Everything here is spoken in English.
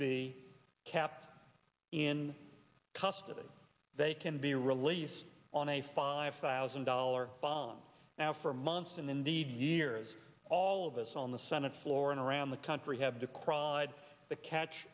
be kept in custody they can be released on a five thousand dollar bomb now for months and indeed years all of us on the senate floor and around the country have decried the catch